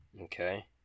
Okay